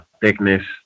thickness